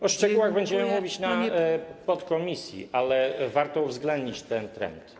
O szczegółach będziemy mówić na posiedzeniu podkomisji, ale warto uwzględnić ten trend.